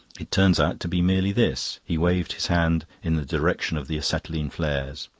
it turns out to be merely this. he waved his hand in the direction of the acetylene flares.